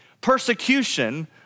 Persecution